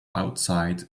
outside